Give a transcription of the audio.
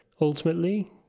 ultimately